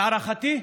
והערכתי?